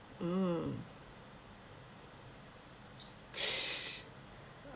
mm